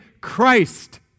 Christ